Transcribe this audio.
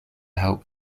help